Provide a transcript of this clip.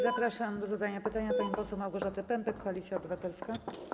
Zapraszam do zadania pytania panią poseł Małgorzatę Pępek, Koalicja Obywatelska.